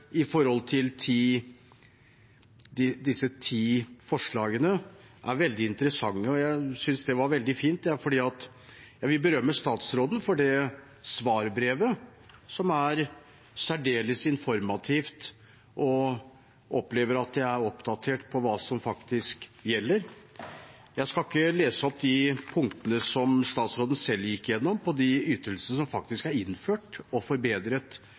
er veldig interessante, og jeg syntes det var veldig fint. Jeg vil berømme statsråden for svarbrevet, som er særdeles informativt, og jeg opplever å være oppdatert på hva som faktisk gjelder. Jeg skal ikke lese opp de punktene som statsråden selv gikk igjennom, om de ytelsene som faktisk er innført og forbedret